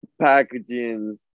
packaging